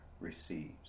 receives